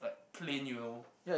like plain you know